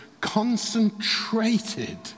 concentrated